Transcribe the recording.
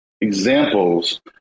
examples